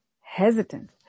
hesitant